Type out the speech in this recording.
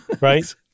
Right